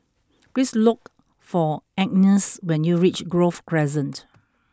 please look for Agness when you reach Grove Crescent